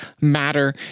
matter